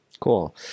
Cool